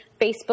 Facebook